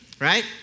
Right